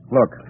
Look